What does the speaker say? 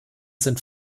sind